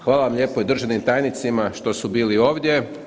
Hvala vam lijepo i državnim tajnicima što su bili ovdje.